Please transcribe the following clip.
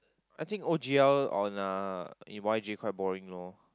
I think O_G_L on uh in Y_J quite boring loh